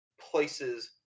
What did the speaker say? places